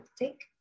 take